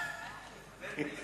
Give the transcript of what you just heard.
יש